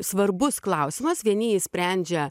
svarbus klausimas vieni jį sprendžia